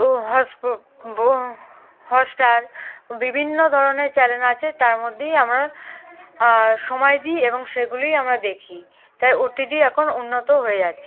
ও হস হটস্টার বিভিন্ন ধরনের চ্যানেল আছে তার মধ্যেই আমরা সময় দিই এবং সেগুলিই আমরা দেখি তাই ও টি টি এখন উন্নত হয়ে যাচ্ছে